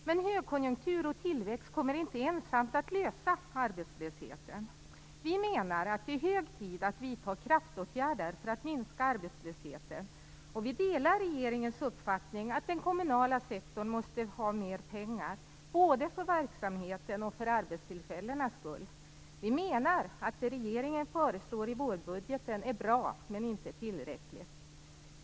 Men högkonjunktur och tillväxt kommer inte ensamma att lösa arbetslöshetsproblemet. Vi menar att det är hög tid att vidta kraftåtgärder för att minska arbetslösheten. Vi delar regeringens uppfattning att den kommunala sektorn måste ha mer pengar både för verksamheten och för arbetstillfällenas skull. Vi menar att det regeringen föreslår i vårbudgeten är bra men inte tillräckligt.